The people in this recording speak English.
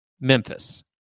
Memphis